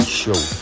show